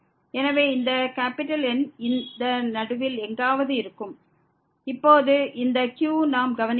எனவே இந்த N இந்த நடுவில் எங்காவது இருக்கும் இப்போது இந்த qல் நாம் கவனிக்க என்ன